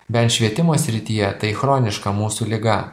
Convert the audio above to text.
bent švietimo srityje tai chroniška mūsų liga